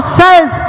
says